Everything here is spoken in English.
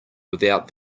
without